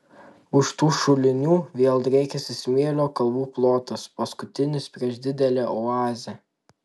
už tų šulinių vėl driekiasi smėlio kalvų plotas paskutinis prieš didelę oazę